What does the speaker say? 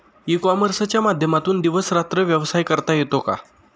E कॉमर्सच्या माध्यमातून दिवस रात्र व्यवसाय करता येतो का?